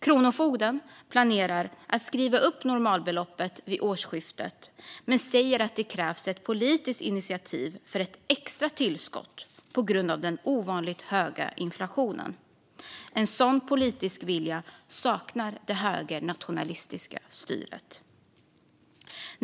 Kronofogden planerar att skriva upp normalbeloppet vid årsskiftet men säger att det krävs ett politiskt initiativ för ett extra tillskott på grund av den ovanligt höga inflationen. En sådan politisk vilja saknar det högernationalistiska styret.